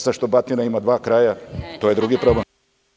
Sad što batina ima dva kraja, to je drugi problem.